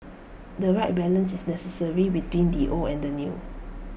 the right balance is necessary between the old and the new